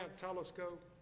telescope